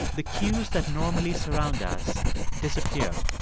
the cues that normally surround us disappear.